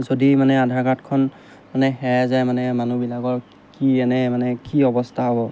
যদি মানে আধাৰ কাৰ্ডখন মানে হেৰাই যায় মানে মানুহবিলাকৰ কি এনে মানে কি অৱস্থা হ'ব